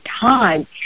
time